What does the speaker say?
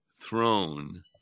throne